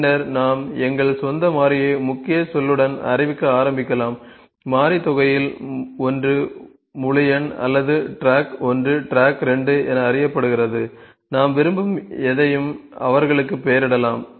பின்னர் நாம் எங்கள் சொந்த மாறியை முக்கிய சொல்லுடன் அறிவிக்க ஆரம்பிக்கலாம் மாறி தொகையில் ஒன்று முழு எண் அல்லது டிராக் 1 டிராக் 2 என அறியப்படுகிறது நாம் விரும்பும் எதையும் அவர்களுக்கு பெயரிடலாம்